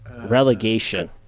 Relegation